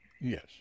Yes